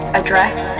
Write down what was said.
address